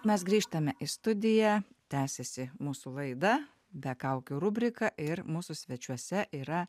mes grįžtame į studiją tęsiasi mūsų laida be kaukių rubriką ir mūsų svečiuose yra